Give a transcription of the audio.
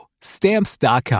Stamps.com